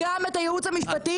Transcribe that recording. אנחנו רוצים גם את הייעוץ המשפטי,